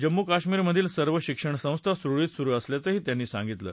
जम्मू काश्मीर मधील सर्व शिक्षण संस्था सुरळीत सुरु असल्याचंही त्यांनी सांगितलं